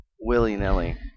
willy-nilly